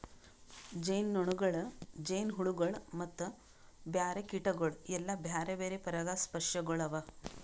ಜೇನುನೊಣಗೊಳ್, ಜೇನುಹುಳಗೊಳ್ ಮತ್ತ ಬ್ಯಾರೆ ಕೀಟಗೊಳ್ ಎಲ್ಲಾ ಬ್ಯಾರೆ ಬ್ಯಾರೆ ಪರಾಗಸ್ಪರ್ಶಕಗೊಳ್ ಅವಾ